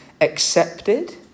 accepted